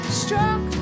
struck